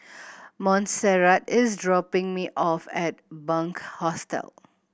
Monserrat is dropping me off at Bunc Hostel